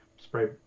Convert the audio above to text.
spray